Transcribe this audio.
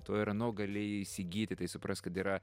to ir ano galėjai įsigyti tai suprask kad yra